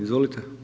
Izvolite.